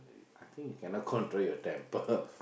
I think you cannot control your temper